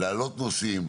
להעלות נושאים,